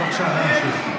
בבקשה להמשיך.